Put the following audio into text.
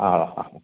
ആ ആ ആ